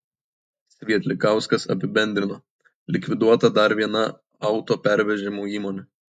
svietlikauskas apibendrino likviduota dar viena autopervežimų įmonė